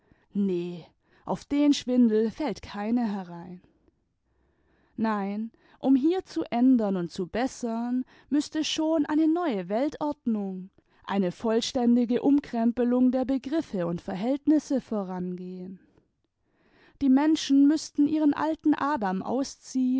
nee auf den schwindel fällt keine herein nein um hier zu ändern und zu bessern müßte schon eine neue weltordnung eine vollständige umkremplung der begriffe imd verhältnisse vorangehen die menschen müßten ihren alten adam ausziehen